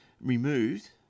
removed